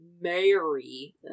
Mary